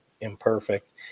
imperfect